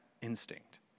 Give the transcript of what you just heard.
instinct